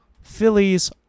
Phillies